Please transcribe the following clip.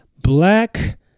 Black